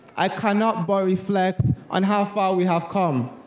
i cannot but reflect on how far we have come,